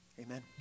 Amen